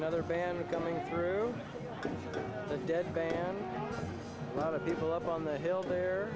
another band coming through the dead band a lot of people up on the hill there